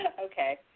okay